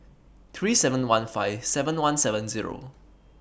three seven one five seven one seven Zero